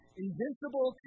invincible